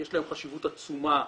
יש להם חשיבות עצומה,